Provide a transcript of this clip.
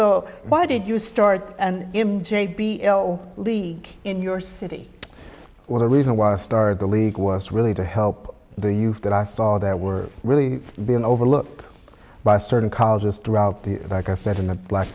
bo why did you start and leak in your city or the reason why a started the league was really to help the youth that i saw that were really been overlooked by certain colleges throughout the like i said in the black